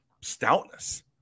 stoutness